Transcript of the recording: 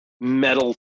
metal